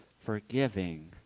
forgiving